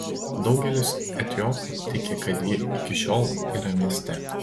daugelis etiopų tiki kad ji iki šiol yra mieste